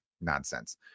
nonsense